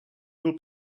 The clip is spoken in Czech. byl